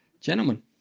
Gentlemen